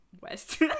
west